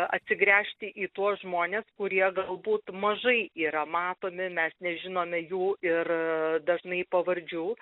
atsigręžti į tuos žmones kurie galbūt mažai yra matomi mes nežinome jų ir dažnai pavardžių